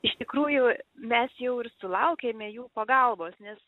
iš tikrųjų mes jau ir sulaukėme jų pagalbos nes